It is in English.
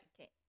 Okay